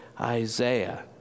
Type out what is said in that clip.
Isaiah